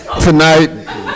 tonight